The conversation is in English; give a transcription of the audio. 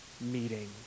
meeting